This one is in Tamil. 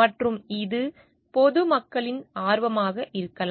மற்றும் இது பொதுமக்களின் ஆர்வமாக இருக்கலாம்